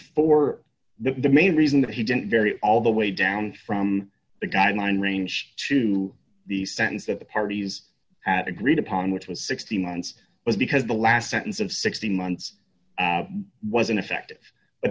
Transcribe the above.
for the main reason that he didn't vary all the way down from the guideline range to the sentence that the parties at agreed upon which was sixteen months was because the last sentence of sixteen months was ineffective but